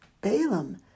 Balaam